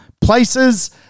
places